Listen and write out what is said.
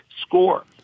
score